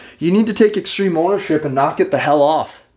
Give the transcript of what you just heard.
you need to take extreme ownership and not get the hell off.